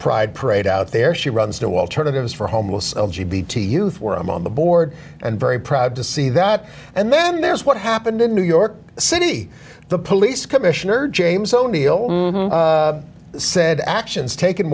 pride parade out there she runs to alternatives for homeless g b t youth were on the board and very proud to see that and then there's what happened in new york city the police commissioner james o'neill said actions taken